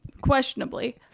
Questionably